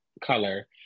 color